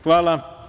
Hvala.